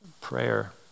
Prayer